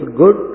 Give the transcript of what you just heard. good